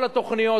כל התוכניות,